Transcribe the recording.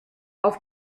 auf